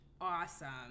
Awesome